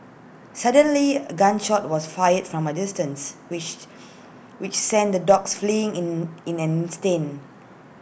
suddenly A gun shot was fired from A distance which which sent the dogs fleeing in in an instant